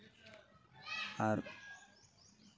ᱟᱨ